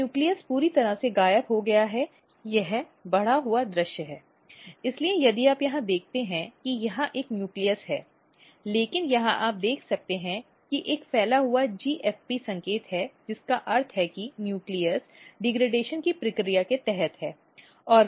तो नाभिक पूरी तरह से गायब हो गया है यह बढ़ा हुआ दृश्य है इसलिए यदि आप यहां देखते हैं कि यहां एक नाभिक है लेकिन यहां आप देख सकते हैं कि एक फैला हुआ GFP संकेत है जिसका अर्थ है कि नाभिक डिग्रेडेशन की प्रक्रिया के तहत है